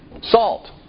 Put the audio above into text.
Salt